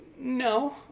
No